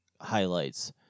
highlights